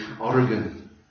Oregon